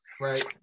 Right